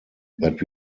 that